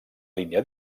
línia